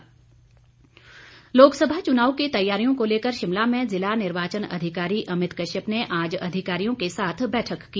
चुनाव बैठक लोकसभा चुनाव की तैयारियों को लेकर शिमला में जिला निर्वाचन अधिकारी अमित कश्यप ने आज अधिकारियों के साथ बैठक की